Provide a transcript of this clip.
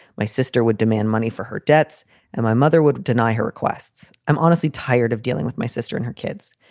my sister would demand money for her debts and my mother would deny her requests. i'm honestly tired of dealing with my sister and her kids.